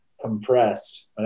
compressed